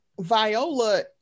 viola